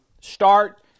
start